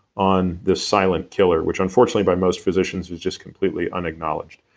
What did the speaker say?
on this silent killer, which unfortunately by most physicians is just completely unacknowledged.